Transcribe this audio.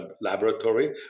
laboratory